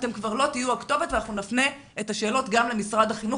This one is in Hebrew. אתם כבר לא תהיו הכתובת ואנחנו נפנה את השאלות גם למשרד החינוך